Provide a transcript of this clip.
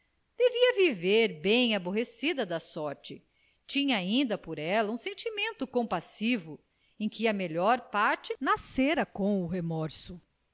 devia viver bem aborrecida da sorte tinha ainda por ela um sentimento compassivo em que a melhor parte nascera com o remorso